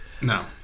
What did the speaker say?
no